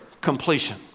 Completion